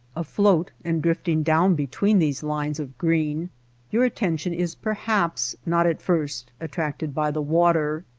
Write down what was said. afloat and drifting down between these lines of green your attention is perhaps not at first attracted by the water.